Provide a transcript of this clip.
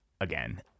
again